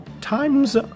times